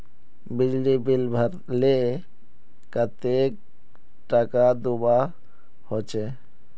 बिजली बिल भरले कतेक टाका दूबा होचे?